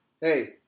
hey